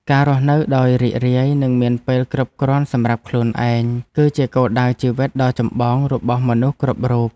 ការរស់នៅដោយរីករាយនិងមានពេលគ្រប់គ្រាន់សម្រាប់ខ្លួនឯង គឺជាគោលដៅជីវិតដ៏ចម្បងរបស់មនុស្សគ្រប់រូប។